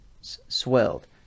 swelled